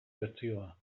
bertsioa